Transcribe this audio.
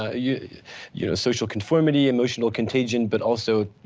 ah yeah you know social conformity, emotional contagion, but also,